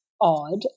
odd